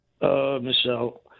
Michelle